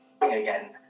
again